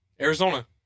Arizona